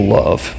love